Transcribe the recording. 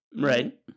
Right